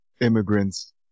immigrants